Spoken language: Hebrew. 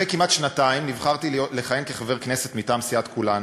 אחרי כמעט שנתיים נבחרתי לכהן כחבר כנסת מטעם סיעת כולנו,